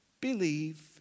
believe